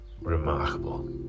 remarkable